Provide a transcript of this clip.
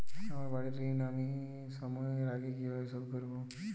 আমার বাড়ীর ঋণ আমি সময়ের আগেই কিভাবে শোধ করবো?